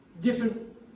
Different